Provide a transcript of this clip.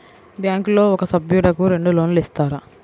బ్యాంకులో ఒక సభ్యుడకు రెండు లోన్లు ఇస్తారా?